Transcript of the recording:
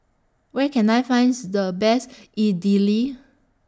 Where Can I finds The Best Idili